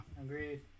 agreed